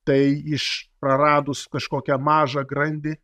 tai iš praradus kažkokią mažą grandį